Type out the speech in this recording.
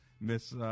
Miss